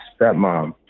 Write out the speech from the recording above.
stepmom